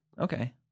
Okay